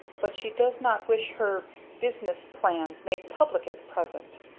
but she does not wish her business plans made public at present!